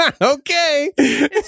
Okay